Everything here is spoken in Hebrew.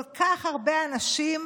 כל כך הרבה אנשים